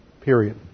period